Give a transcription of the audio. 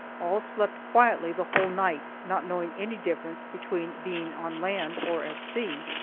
all slept quietly the whole night, not knowing any difference between being on land or at sea.